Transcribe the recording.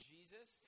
Jesus